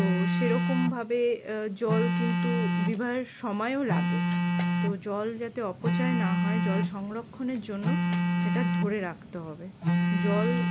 তো সেরকমভাবে জল কিন্তু বিবাহের সময়ও লাগে তো জল যাতে অপচয় না হয় জল সংরক্ষণের জন্য এটা ধরে রাখতে হবে জল